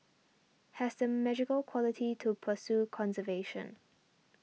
has the magical quality to pursue conservation